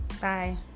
Bye